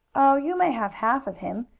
oh, you may have half of him,